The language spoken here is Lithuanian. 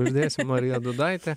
uždėsim marija dūdaitė